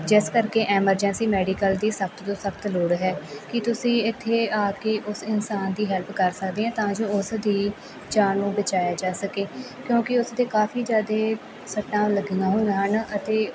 ਜਿਸ ਕਰਕੇ emergency medical ਦੀ ਸਖਤ ਤੋਂ ਸਖਤ ਲੋੜ ਹੈ ਕੀ ਤੁਸੀਂ ਇੱਥੇ ਆਕੇ ਉਸ ਇਨਸਾਨ ਦੀ ਹੈਲਪ ਕਰ ਸਕਦੇ ਹੈ ਤਾਂ ਜੋ ਉਸ ਦੀ ਜਾਨ ਨੂੰ ਬਚਾਇਆ ਜਾ ਸਕੇ ਕਿਉਂਕਿ ਉਸ ਦੇ ਕਾਫ਼ੀ ਜ਼ਿਆਦਾ ਸੱਟਾਂ ਲੱਗੀਆਂ ਹੋਈਆ ਹਨ ਅਤੇ